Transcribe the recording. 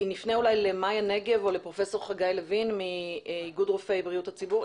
נפנה אולי למיה נגב או לפרופ' חגי לוין מאיגוד רופאי בריאות הציבור.